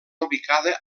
ubicada